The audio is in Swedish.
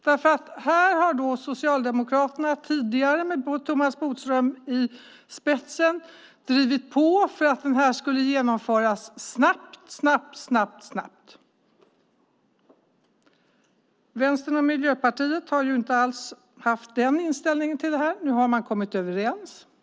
Tidigare har Socialdemokraterna, med Thomas Bodström i spetsen, drivit på för att få ett genomförande snabbt, snabbt, snabbt. Vänstern och Miljöpartiet har inte alls haft den inställningen till detta. Nu har man kommit överens.